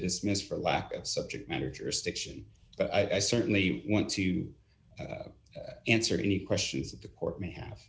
dismiss for lack of subject matter jurisdiction but i certainly want to answer any questions that the court may have